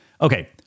Okay